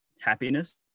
Happiness